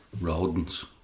Rodents